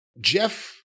Jeff